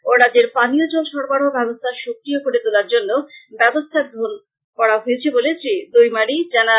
ও রাজ্যের পানীয় জল সরবরাহ ব্যবস্থা সক্রিয় করে তোলার জন্য ব্যবস্থা গ্রহন করা হয়েছে বলে শ্রী দৈমারী জানান